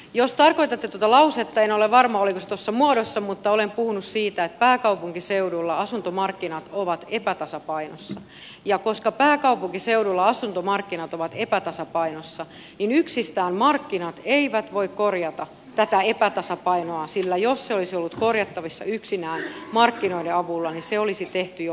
jos tarkoitatte tuota lausetta en ole varma oliko se tuossa muodossa mutta olen puhunut siitä että pääkaupunkiseudulla asuntomarkkinat ovat epätasapainossa ja koska pääkaupunkiseudulla asuntomarkkinat ovat epätasapainossa niin yksistään markkinat eivät voi korjata tätä epätasapainoa sillä jos se olisi ollut korjattavissa yksinään markkinoiden avulla niin se olisi tehty jo monta kertaa